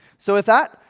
so with that,